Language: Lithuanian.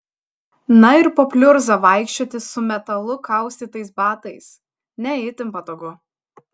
na ir po pliurzą vaikščioti su metalu kaustytais batais ne itin patogu